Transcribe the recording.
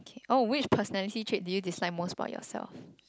oh which personality trait do you dislike most about yourself